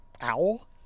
Owl